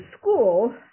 school